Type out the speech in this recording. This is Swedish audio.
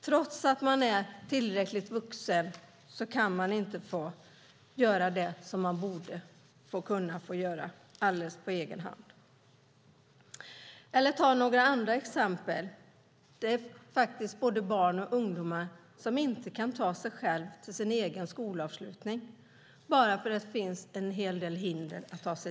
Trots att man är tillräckligt vuxen kan man inte göra det man borde få göra på egen hand. Låt mig ta några andra exempel: Det finns barn och ungdomar som inte kan ta sig till sin egen skolavslutning på grund av olika hinder.